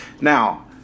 Now